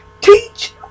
teach